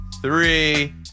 three